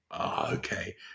okay